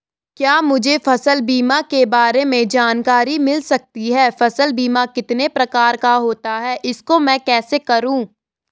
क्या मुझे फसल बीमा के बारे में जानकारी मिल सकती है फसल बीमा कितने प्रकार का होता है इसको मैं कैसे करूँ?